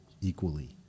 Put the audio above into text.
equally